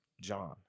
John